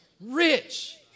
rich